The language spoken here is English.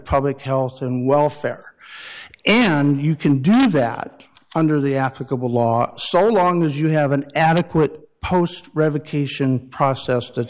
public health and welfare and you can do that under the africa bill law sorry long as you have an adequate post revocation process that's